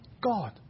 God